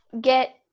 get